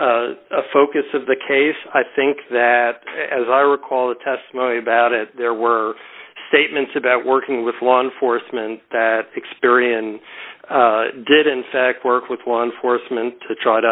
a focus of the case i think that as i recall the testimony about it there were statements about working with law enforcement that experian did in fact work with law enforcement to try to